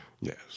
Yes